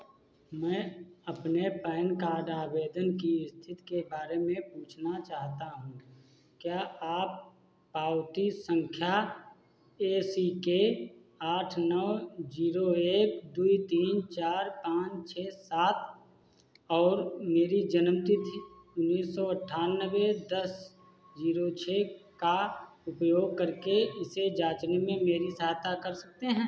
मैं अपने PAN card आवेदन की स्थिति के बारे में पूछना चाहता हूँ क्या आप पावती संख्या ए सी के आठ नौ जीरो एक दो तीन चार पान छः सात और मेरी जन्म तिथि उन्नीस सौ अट्ठानवे दस जीरो छः का उपयोग करके इसे जाँचने में मेरी सहायता कर सकते हैं